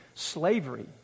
slavery